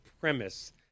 premise